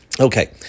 Okay